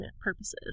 purposes